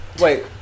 Wait